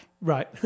Right